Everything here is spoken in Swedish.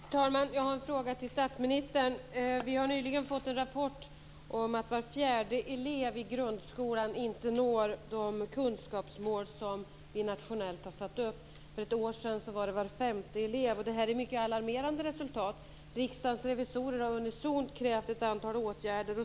Herr talman! Jag har en fråga till statsministern. Vi har nyligen fått en rapport om att var fjärde elev i grundskolan inte når de kunskapsmål som vi nationellt har satt upp. För ett år sedan var det var femte elev. Det här är mycket alarmerande resultat. Riksdagens revisorer har unisont krävt ett antal åtgärder.